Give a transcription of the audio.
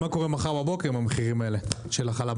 מה קורה מחר בבוקר עם המחירים האלה של החלב,